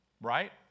right